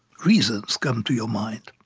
reasons come to your mind.